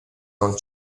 non